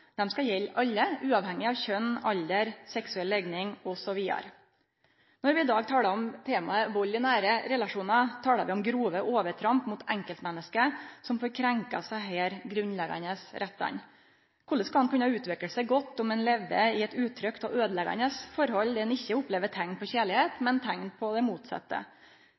Dei skal gjelde alle, uavhengig av kjønn, alder, seksuell legning, osv. Når vi i dag talar om temaet vald i nære relasjonar, talar vi om grove overtramp mot enkeltmenneske som får krenkt desse grunnleggjande rettane. Korleis skal ein kunne utvikle seg godt om ein lever i eit utrygt og øydeleggjande forhold der ein ikkje opplever teikn på kjærleik, men teikn på det motsette?